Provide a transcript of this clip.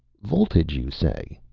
voltage, you say?